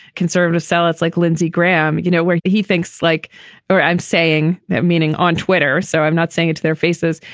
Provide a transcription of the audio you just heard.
conservative zealots like lindsey graham. you know, where he thinks like i'm saying that meaning on twitter. so i'm not saying it to their faces,